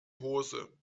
hose